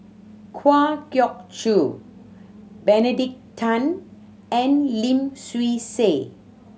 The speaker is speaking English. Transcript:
Kwa Geok Choo Benedict Tan and Lim Swee Say